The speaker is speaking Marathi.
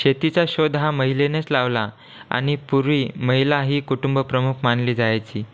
शेतीचा शोध हा महिलेनेच लावला आणि पूर्वी महिला ही कुटुंब प्रमुख मानली जायची